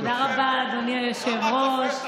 תודה רבה, אדוני היושב-ראש.